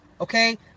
Okay